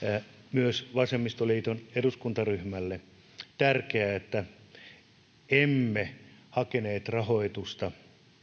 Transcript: myös vasemmistoliiton eduskuntaryhmälle tärkeää että emme hakeneet rahoitusta